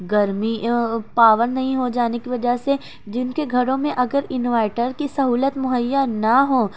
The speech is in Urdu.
گرمی پاور نہیں ہو جانے کی وجہ سے جن کے گھروں میں اگر انوائٹر کی سہولت مہیا نہ ہو